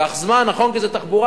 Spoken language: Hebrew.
ייקח זמן כי זה תחבורה,